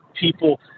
people